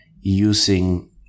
using